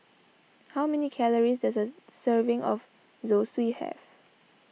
how many calories does a serving of Zosui have